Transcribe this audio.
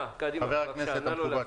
הכנסת המכובד,